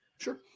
Sure